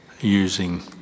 using